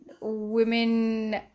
women